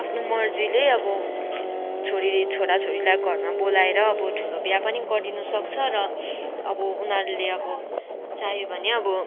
आफ्नो मर्जीले अब छोरीले छोरा छोरीलाई घरमा बोलाएर अब ठुलो बिहा पनि गरिदिनु सक्छ र अब उनीहरूले अब चाह्यो भने अब